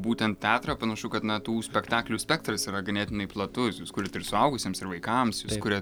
būtent teatrą panašu kad na tų spektaklių spektras yra ganėtinai platus jūs kuriat ir suaugusiems ir vaikams jūs kuriat